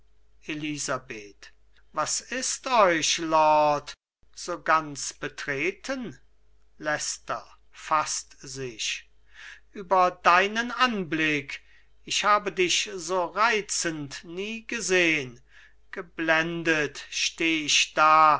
elisabeth was ist euch lord so ganz betreten leicester faßt sich über deinen anblick ich habe dich so reizend nie gesehn geblendet steh ich da